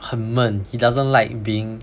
很闷 he doesn't like being